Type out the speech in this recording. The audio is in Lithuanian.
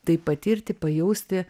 tai patirti pajausti